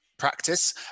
practice